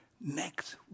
next